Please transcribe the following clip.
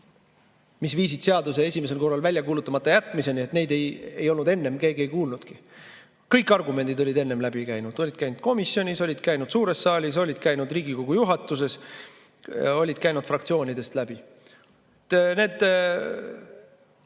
mis viisid seaduse esimesel korral välja kuulutamata jätmiseni, ei olnud enne keegi kuulnudki. Kõik argumendid olid enne läbi käinud, olid käinud komisjonis, olid käinud suures saalis, olid käinud Riigikogu juhatuses, olid käinud fraktsioonidest läbi. Need